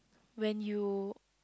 when you